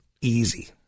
easy